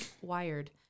wired